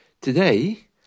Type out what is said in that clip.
Today